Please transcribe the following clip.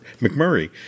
McMurray